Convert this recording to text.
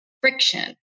friction